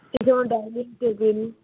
যেমন dining table